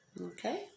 Okay